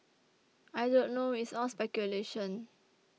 I don't know it's all speculation